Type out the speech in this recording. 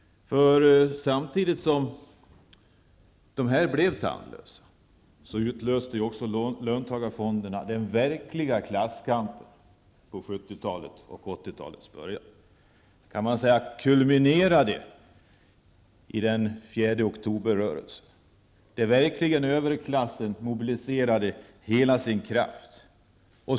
Samtidigt som löntagarfonderna blev tandlösa utlöste de den verkliga klasskampen på 1970-talet och i början av 1980-talet. Man kan säga att denna kamp kulminerade i 4 oktober-rörelsen, där överklassen verkligen mobiliserade hela sin kraft.